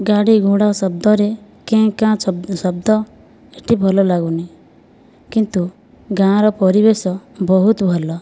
ଗାଡ଼ି ଘୋଡ଼ା ଶବ୍ଦରେ କେଁ କାଁ ଶବ୍ଦ ଏଠି ଭଲ ଲାଗୁନି କିନ୍ତୁ ଗାଁର ପରିବେଶ ବହୁତ ଭଲ